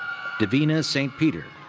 divina st. peter.